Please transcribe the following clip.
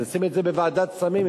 תשים את זה בוועדת סמים,